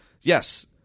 yes